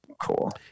Cool